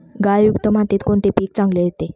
गाळयुक्त मातीत कोणते पीक चांगले येते?